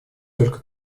только